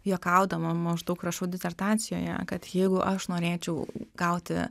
juokaudama maždaug rašau disertacijoje kad jeigu aš norėčiau gauti